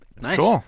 Nice